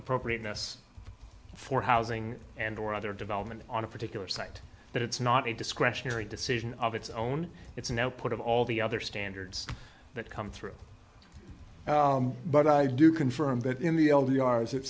appropriateness for housing and or other development on a particular site but it's not a discretionary decision of it's own it's an output of all the other standards that come through but i do confirm that in the l d r as it